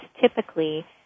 typically